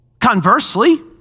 Conversely